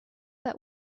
that